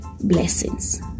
blessings